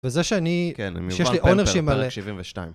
וזה שאני, שיש לי אונר שימאלק.